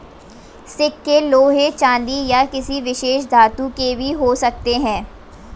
सिक्के लोहे चांदी या किसी विशेष धातु के भी हो सकते हैं